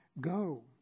Go